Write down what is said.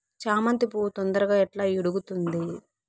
చామంతి పువ్వు తొందరగా ఎట్లా ఇడుగుతుంది?